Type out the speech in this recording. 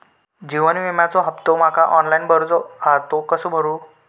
जीवन विम्याचो हफ्तो माका ऑनलाइन भरूचो हा तो कसो भरू?